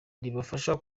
ribafasha